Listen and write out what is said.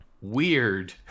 weird